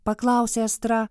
paklausė astra